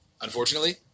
unfortunately